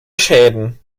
schäden